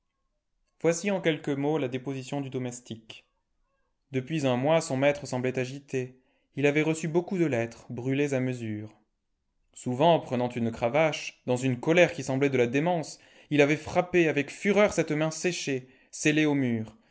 voici en quelques mots la déposition du domestique depuis un mois son maître semblait agité ii avait reçu beaucoup de lettres brûlées à mesure souvent prenant une cravache dans une colère qui semblait de la démence il avait frappé avec fureur cette main séchée scellée au mur